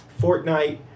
Fortnite